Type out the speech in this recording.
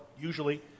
usually